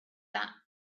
that